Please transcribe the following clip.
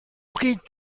pris